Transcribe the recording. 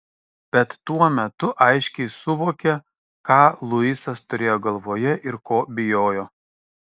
bet tuo metu aiškiai suvokė ką luisas turėjo galvoje ir ko bijojo